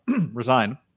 resign